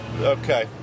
Okay